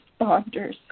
responders